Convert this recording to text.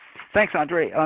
thanks, andre.